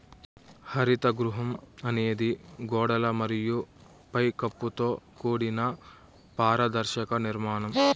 హరిత గృహం అనేది గోడలు మరియు పై కప్పుతో కూడిన పారదర్శక నిర్మాణం